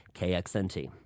KXNT